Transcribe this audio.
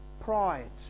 pride